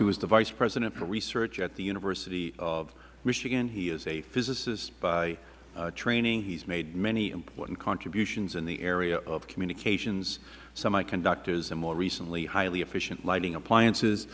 who is the vice president for research at the university of michigan he is a physicist by training he has made many important contributions in the area of communications semiconductors and more recently highly efficient lighting appliances